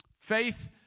Faith